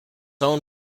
own